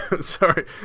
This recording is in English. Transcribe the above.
Sorry